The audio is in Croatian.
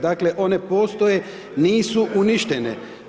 Dakle, one postoje nisu uništene.